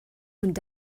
und